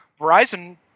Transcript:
Verizon